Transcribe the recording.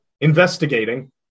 investigating